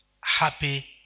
happy